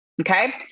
okay